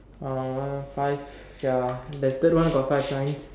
uh one five ya the third one got five lines